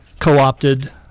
Co-opted